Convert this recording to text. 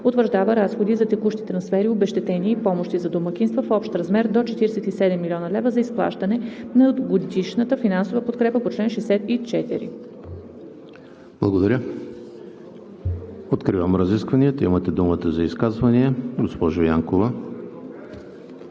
Утвърждава разходи за текущи трансфери, обезщетения и помощи за домакинства в общ размер до 47 млн. лв. за изплащане на годишната финансова подкрепа по чл. 64 .“ ПРЕДСЕДАТЕЛ ЕМИЛ ХРИСТОВ: Откривам разискванията. Имате думата за изказвания, госпожо Янкова.